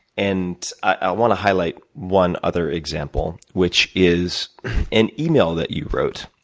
and, i wanna highlight one other example, which is an email that you wrote,